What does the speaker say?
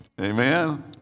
Amen